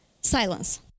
Silence